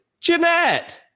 Jeanette